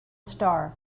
star